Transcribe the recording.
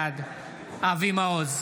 בעד אבי מעוז,